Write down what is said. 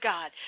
God